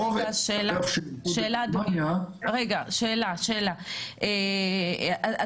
אבל רגע, שאלה, אדוני.